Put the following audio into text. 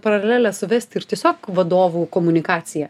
paralelę suvesti ir tiesiog vadovų komunikaciją